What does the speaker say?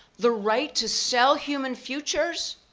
the right to sell human futures,